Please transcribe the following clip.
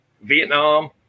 Vietnam